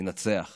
ננצח היום.